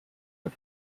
but